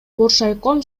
боршайком